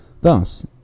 Thus